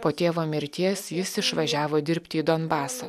po tėvo mirties jis išvažiavo dirbti į donbasą